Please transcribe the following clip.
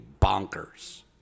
bonkers